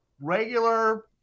regular